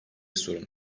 sorun